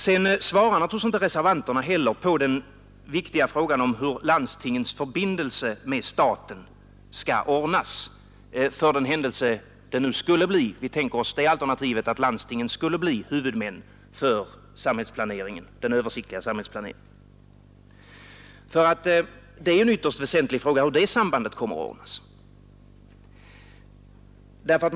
Vidare svarar naturligtvis resetvarniterna inte heller på den viktiga frågan om hur landstingets förbindelse med staten skall ordnas, om vi tänker oss det alternativet att lähdstingen skulle bli huvudmän för den översiktliga §amhällsplåheringen. Hur uUéttä samniband kommer att ordnas är nämligen en ytterst viktig fråga!